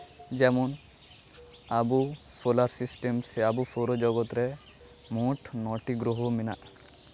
ᱡᱮᱢᱚᱱ ᱟᱵᱳ solar system ᱥᱮ ᱟᱵᱚ ᱥᱳᱨᱚᱡᱚᱜᱚᱛ ᱨᱮ ᱢᱳᱴ ᱱᱚᱴᱤ ᱜᱨᱚᱦᱚ ᱢᱮᱱᱟᱜ